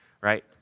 right